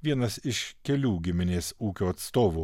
vienas iš kelių giminės ūkio atstovų